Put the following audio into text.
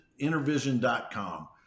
intervision.com